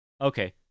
Okay